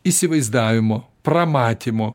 įsivaizdavimo pramatymo